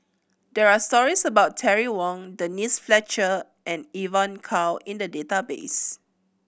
there are stories about Terry Wong Denise Fletcher and Evon Kow in the database